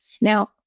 Now